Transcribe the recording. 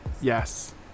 Yes